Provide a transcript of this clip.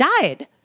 died